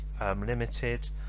limited